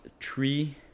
three